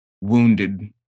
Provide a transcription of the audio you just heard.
wounded